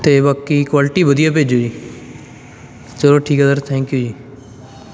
ਅਤੇ ਬਾਕੀ ਕੁਆਲਿਟੀ ਵਧੀਆ ਭੇਜਿਓ ਜੀ ਚਲੋ ਠੀਕ ਹੈ ਸਰ ਥੈਂਕ ਯੂ ਜੀ